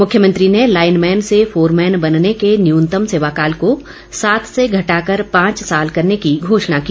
मुख्यमंत्री ने लाइनमैन से फोरमैन बनने के न्यूनतम सेवाकाल को सात से घटाकर पांच साल करने की घोषणा की